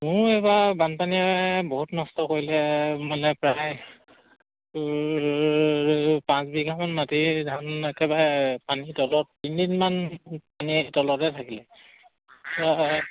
মোৰ এইবাৰ বানপানীয়ে বহুত নষ্ট কৰিলে মানে প্ৰায় পাঁচ বিঘামান মাটি ধান একেবাৰে পানীৰ তলত তিনিদিনমান পানীৰ তলতে থাকিলে